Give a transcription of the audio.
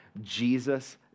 Jesus